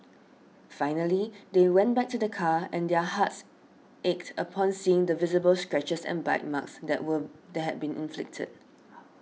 finally they went back to their car and their hearts ached upon seeing the visible scratches and bite marks that were that had been inflicted